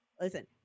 Listen